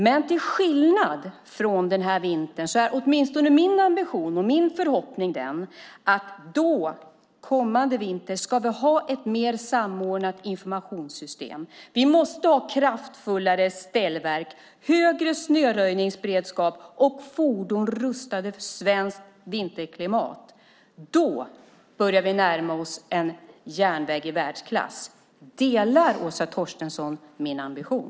Men till skillnad från den här vintern ska vi kommande vintrar, det är åtminstone min ambition och min förhoppning, ha ett mer samordnat informationssystem. Vi måste ha kraftfullare ställverk, högre snöröjningsberedskap och fordon rustade för svenskt vinterklimat. Då börjar vi närma oss en järnväg i världsklass. Delar Åsa Torstensson min ambition?